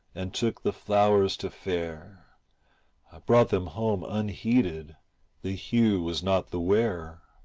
and took the flowers to fair i brought them home unheeded the hue was not the wear.